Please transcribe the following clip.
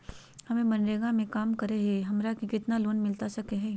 हमे मनरेगा में काम करे हियई, हमरा के कितना लोन मिलता सके हई?